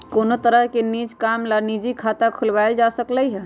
कोनो तरह के निज काम ला निजी खाता खुलवाएल जा सकलई ह